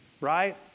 Right